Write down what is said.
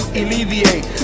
alleviate